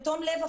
בתום לב,